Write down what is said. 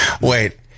Wait